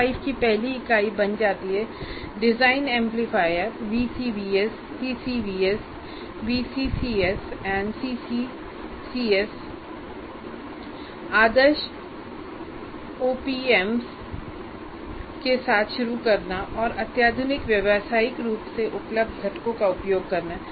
CO5 की पहली इकाई बन जाती है design amplifier VCVS CCVS VCCS और CCCS आदर्श ओपी एम्प्स के साथ शुरू करना और अत्याधुनिक व्यावसायिक रूप से उपलब्ध घटकों का उपयोग करना